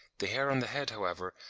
the hair on the head, however,